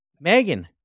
Megan